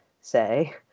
say